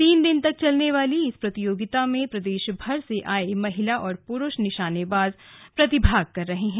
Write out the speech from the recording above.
तीन दिन तक चलने वाली इस प्रतियोगिता में प्रदेशभर से आए महिला और पुरूष निशानेबाज प्रतिभाग कर रहे है